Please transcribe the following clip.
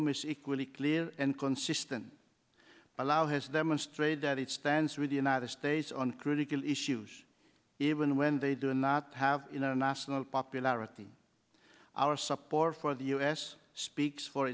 is equally clear and consistent allow has demonstrated that it stands with the united states on critical issues even when they do not have international popularity our support for the us speaks for